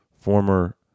former